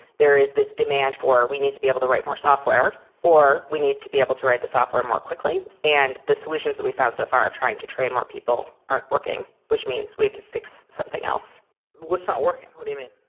there is this demand for we need to be able to write more software or we need to be able to write the software more quickly. and the solutions that we've found so far of trying to train more people aren't working, which means we have to fix something else what's not working? what do you mean?